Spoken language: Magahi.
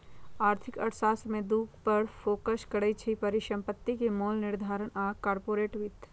आर्थिक अर्थशास्त्र में दू पर फोकस करइ छै, परिसंपत्ति के मोल निर्धारण आऽ कारपोरेट वित्त